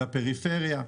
לפריפריה.